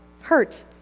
hurt